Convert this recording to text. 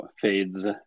fades